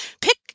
Pick